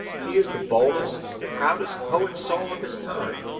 he is the boldest, the proudest poet soul of his time.